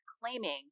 claiming